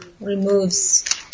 removes